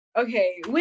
okay